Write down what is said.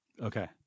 Okay